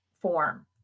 form